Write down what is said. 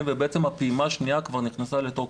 ובעצם הפעימה השנייה כבר נכנסה לתוקף.